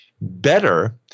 better